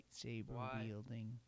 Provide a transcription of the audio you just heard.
lightsaber-wielding